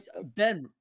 Ben